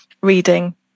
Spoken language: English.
reading